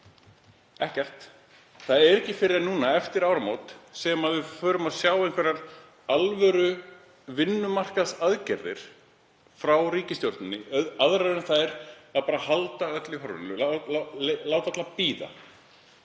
Ekkert. Það er ekki fyrr en núna eftir áramót sem við förum að sjá einhverjar alvöru vinnumarkaðsaðgerðir frá ríkisstjórninni aðrar en þær að halda öllu í horfinu, láta alla bíða.